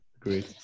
agreed